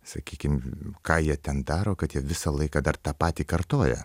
sakykim ką jie ten daro kad jie visą laiką dar tą patį kartoja